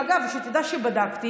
אגב, תדע שבדקתי.